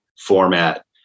format